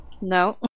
no